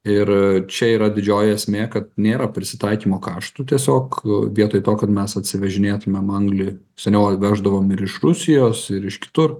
ir čia yra didžioji esmė kad nėra prisitaikymo kaštų tiesiog vietoj to kad mes atsivežinėtumėm anglį seniau veždavom ir iš rusijos ir iš kitur